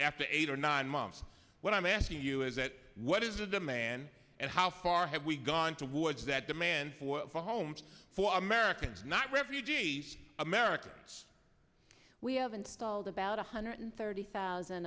after eight or nine months when i'm asking you is that what is the demand and how far have we gone towards that demand for homes for americans not refugees americans we have installed about one hundred thirty thousand